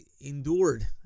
endured